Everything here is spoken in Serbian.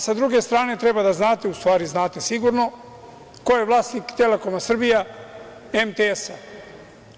S druge strane, treba da znate, u stvari znate sigurno ko je vlasnik „Telekoma Srbija“, MTS-a.